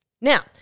Now